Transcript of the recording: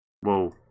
Whoa